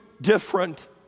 different